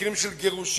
במקרים של גירושין,